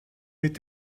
mit